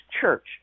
church